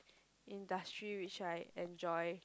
industry which I enjoy